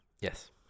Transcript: Yes